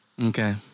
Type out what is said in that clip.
Okay